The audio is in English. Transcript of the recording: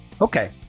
Okay